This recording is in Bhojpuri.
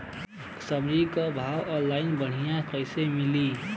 सब्जी के भाव ऑनलाइन बढ़ियां कइसे मिली?